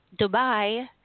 Dubai